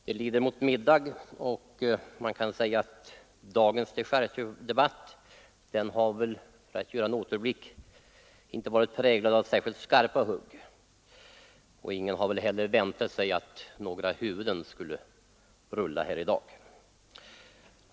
Herr talman! Det lider mot middag, och man kan — för att göra en återblick — säga att dagens dechargedebatt inte har varit präglad av särskilt skarpa hugg. Ingen hade väl heller väntat sig att några huvuden skulle rulla i dag.